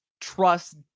trust